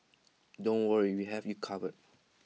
don't worry we have you covered